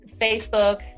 Facebook